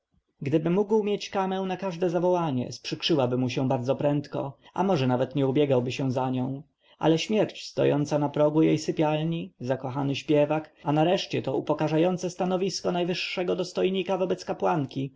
gdyby mógł mieć kamę na każde zawołanie sprzykrzyłaby się mu bardzo prędko a może nawet nie ubiegałby się za nią ale śmierć stojąca na progu jej sypialni zakochany śpiewak a nareszcie to upokarzające stanowisko najwyższego dostojnika wobec kapłanki